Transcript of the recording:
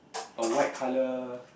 a white color